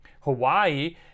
hawaii